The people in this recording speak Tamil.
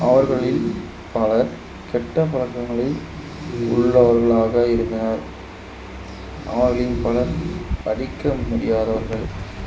அவர்களில் பலர் கெட்ட பழக்கங்களை உள்ளவர்களாக இருந்தனர் அவர்களின் பலர் படிக்க முடியாதவர்கள்